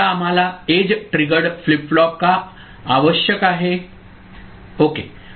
आता आम्हाला edge triggered flip flop का आवश्यक आहे ओके